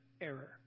error